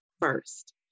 first